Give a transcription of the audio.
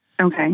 Okay